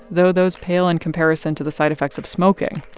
though those pale in comparison to the side effects of smoking.